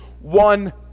one